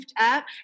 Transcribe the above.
up